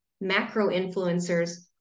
macro-influencers